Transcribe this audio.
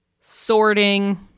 sorting